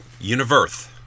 universe